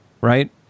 Right